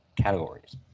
categories